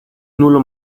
nulo